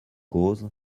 cause